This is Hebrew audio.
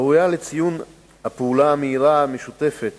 ראויה לציון הפעולה המהירה המשותפת